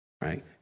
Right